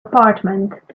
apartment